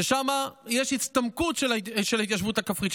שם יש הצטמקות של ההתיישבות הכפרית,